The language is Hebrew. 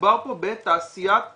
מדובר פה בתעשיית סמים.